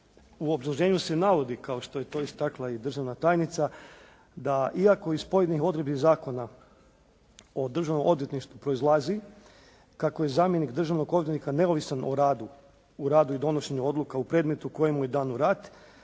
u obrazloženju se navodi, kao što je to istakla i državna tajnica, da iako iz pojedinih odredbi Zakona o državnom odvjetništvu proizlazi kako je zamjenik državnog odvjetnika neovisan u radu i donošenju odluka u predmetu koji mu je dan u rad.